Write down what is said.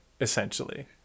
essentially